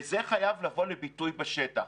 וזה חייב לבוא לידי ביטוי בשטח.